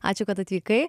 ačiū kad atvykai